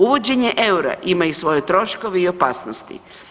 Uvođenje eura ima i svoje troškove i opasnosti.